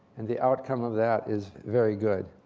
and the outcome of that is very good.